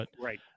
Right